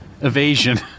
evasion